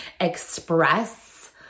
express